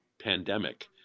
pandemic